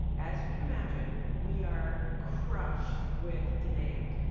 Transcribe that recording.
as you can imagine, we are crushed with demand,